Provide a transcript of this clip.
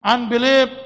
Unbelief